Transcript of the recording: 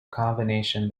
combination